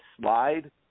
slide